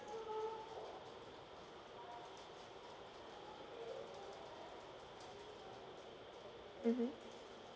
mmhmm